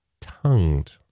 tongued